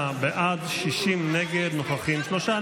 33 בעד, 60 נגד, נוכחים, שלושה.